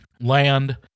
land